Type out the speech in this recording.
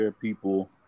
people